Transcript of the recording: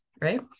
right